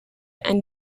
and